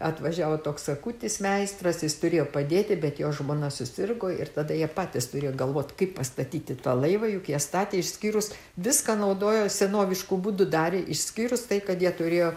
atvažiavo toks sakutis meistras jis turėjo padėti bet jo žmona susirgo ir tada jie patys turėjo galvoti kaip pastatyti tą laivą juk jie statė išskyrus viską naudojo senovišku būdu darė išskyrus tai kad jie turėjo